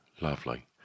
Lovely